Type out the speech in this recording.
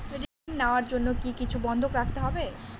ঋণ নেওয়ার জন্য কি কিছু বন্ধক রাখতে হবে?